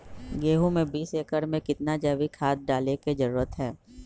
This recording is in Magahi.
गेंहू में बीस एकर में कितना जैविक खाद डाले के जरूरत है?